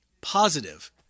Positive